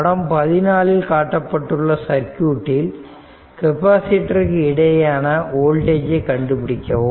படம் 14 இல் காட்டப்பட்டுள்ள சர்க்யூட்டில் கெப்பாசிட்டருக்கு இடையேயான வோல்டேஜ் கண்டுபிடிக்கவும்